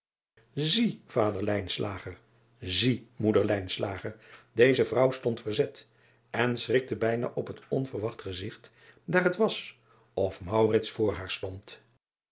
zie moeder eze vrouw stond verzet en schrikte bijna op het onverwacht gezigt daar het was of voor haar stond